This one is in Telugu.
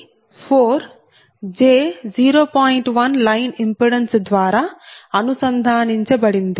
1 లైన్ ఇంపిడెన్స్ ద్వారా అనుసంధానించబడింది